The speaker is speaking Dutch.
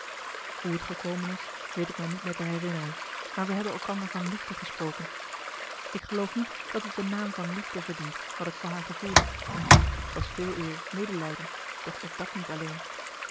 hoe t gekomen is weet ik mij niet meer te herinneren maar wij hebben elkander van liefde gesproken ik geloof niet dat het den naam van liefde verdient wat ik voor haar gevoelde t was veeleer medelijden doch ook dat niet alleen